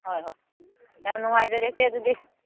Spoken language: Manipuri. ꯍꯣꯏ ꯍꯣꯏ ꯌꯥꯝ ꯅꯨꯡꯉꯥꯏꯖꯔꯦ ꯏꯆꯦ ꯑꯗꯨꯗꯤ